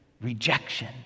rejection